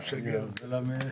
מציעים.